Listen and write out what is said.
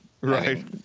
right